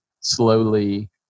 slowly